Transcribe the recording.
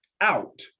out